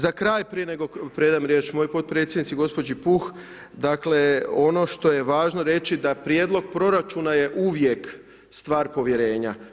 Za kraj prije nego predam riječ mojoj potpredsjednici gospođi Puh, dakle ono što je važno reći da prijedlog proračuna je uvijek stvar povjerenja.